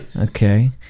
Okay